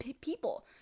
people